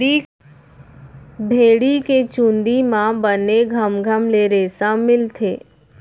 भेड़ी के चूंदी म बने घमघम ले रेसा मिलथे